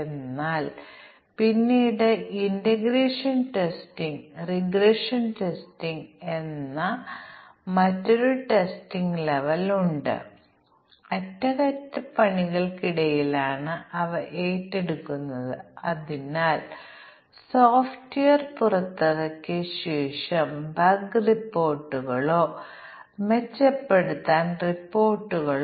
അതിനാൽ 3 പരാമീറ്ററുകൾ നിർദ്ദിഷ്ട മൂല്യം എടുക്കുന്ന ഏതെങ്കിലും 3 പരാമീറ്ററുകൾ അല്ലെങ്കിൽ ഏതെങ്കിലും 2 പാരാമീറ്ററുകൾ ചില നിർദ്ദിഷ്ട മൂല്യം എടുക്കുകയോ അല്ലെങ്കിൽ ഒരു പാരാമീറ്റർ ഒരു പ്രത്യേക മൂല്യം എടുക്കുകയോ ചെയ്താൽ മാത്രമേ പ്രശ്നം സംഭവിക്കുകയുള്ളൂ